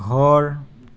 ঘৰ